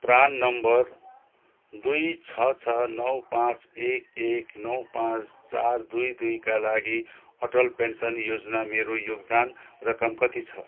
PRAN number दुई छ छ नौ पाँच एक एक नौ पाँच चार दुई दुईका लागि अटल पेन्सन योजना मेरो योगदान रकम कति छ